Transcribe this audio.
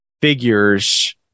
figures